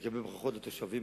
לגבי ברכות לתושבים,